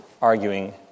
arguing